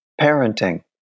parenting